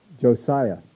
Josiah